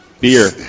Beer